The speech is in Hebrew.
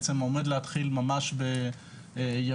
תשפ"ב והאם אפשר להגמיש את הקריטריונים על מנת שיוכלו להשתתף בצורה